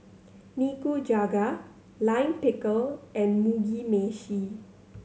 Nikujaga Lime Pickle and Mugi Meshi